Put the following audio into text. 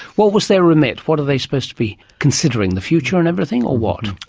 what was their remit? what are they supposed to be considering? the future and everything, or what?